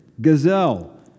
Gazelle